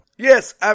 Yes